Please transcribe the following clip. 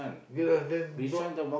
ya then block